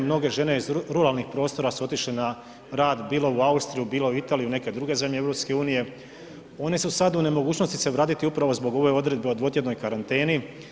Mnoge žene iz ruralnih prostora su otišle na rad bilo u Austriju, bilo u Italiju ili neke druge zemlje EU, one su sad u nemogućnosti se vratiti upravo zbog ove odredbe o dvotjednoj karanteni.